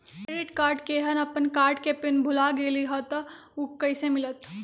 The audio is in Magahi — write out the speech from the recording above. क्रेडिट कार्ड केहन अपन कार्ड के पिन भुला गेलि ह त उ कईसे मिलत?